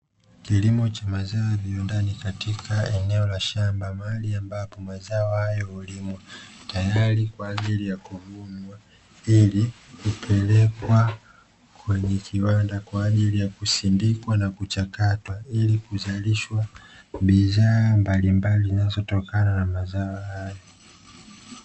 Kilimo cha mazao viwandani katika eneo la shamba mahali ambapo mazo hayo hulimwa. Tayari kwa ajili ya kuvunwa ili kupelekwa kwenye kiwanda kwa ajili ya kusindikwa na kuchakatwa ili kuzalisha bidhaa mbalimbali zinazotokana na mazao hayo.